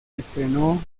estrenó